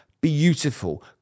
beautiful